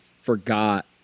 forgot